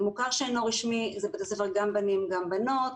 מוכר שאינו רשמי זה בתי ספר גם בנים וגם בנות,